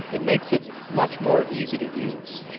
it makes it much more easy to use.